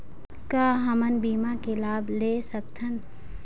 का हमन बीमा के लाभ ले सकथन?